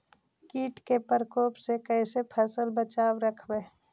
कीट के परकोप से कैसे फसल बचाब रखबय?